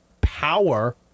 power